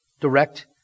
direct